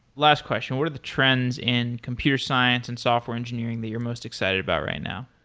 last question. what are the trends in computer science and software engineering that you're most excited about right now?